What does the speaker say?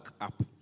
up